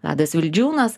vladas vildžiūnas